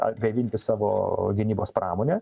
atgaivinti savo gynybos pramonę